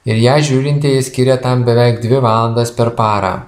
ir ją žiūrintieji skiria tam beveik dvi valandas per parą